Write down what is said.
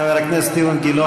חבר הכנסת אילן גילאון,